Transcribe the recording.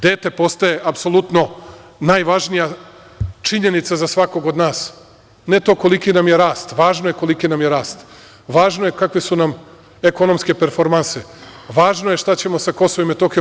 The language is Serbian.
Dete postaje apsolutno najvažnija činjenica za svakog od nas, ne to koliki nam je rast, važno je koliki nam je rast, važno je kakve su nam ekonomske performanse, važno je šta ćemo sa Kosovom i Metohijom.